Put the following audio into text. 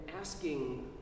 asking